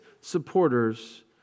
supporters